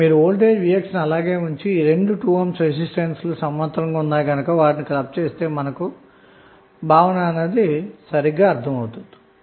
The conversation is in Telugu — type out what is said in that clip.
మీరు వోల్టేజ్ vx ను అలాగే ఉంచి సమాంతరంగా ఉన్న రెండు 2 ohm రెసిస్టెన్స్ లు క్లబ్ చేసేస్తే మనకు భావన సరిగా అర్ధం అవుతుంది